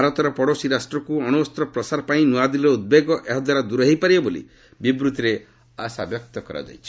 ଭାରତର ପଡ଼ୋଶୀ ରାଷ୍ଟ୍ରକୁ ଅଣୁଅସ୍ତ୍ର ପ୍ରସାର ପାଇଁ ନ୍ତଆଦିଲ୍ଲୀର ଉଦ୍ବେଗ ଏହାଦ୍ୱାରା ଦୂର ହୋଇ ପାରିବ ବୋଲି ବିବୃତ୍ତିରେ ଆଶା ବ୍ୟକ୍ତ କରାଯାଇଛି